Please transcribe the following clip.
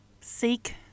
seek